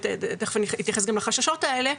ותכף אני אתייחס גם לחששות האלה,